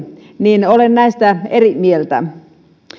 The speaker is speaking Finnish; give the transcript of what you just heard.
niin olen näistä eri mieltä